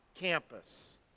campus